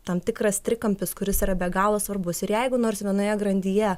tam tikras trikampis kuris yra be galo svarbus ir jeigu nors vienoje grandyje